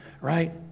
right